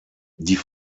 die